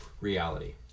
reality